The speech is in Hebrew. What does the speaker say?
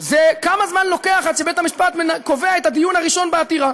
כמה זמן לוקח עד שבית-המשפט קובע את הדיון הראשון בעתירה.